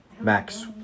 Max